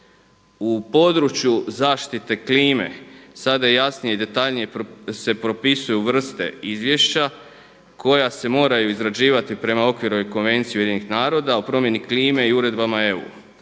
U području zaštite klime sada se jasnije i detaljnije propisuju vrste izvješća koja se moraju izrađivati prema Okvirnoj konvenciji Ujedinjenih Naroda o promjeni klime i uredbama EU.